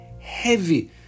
heavy